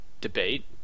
debate